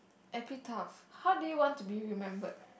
how do you want to be remembered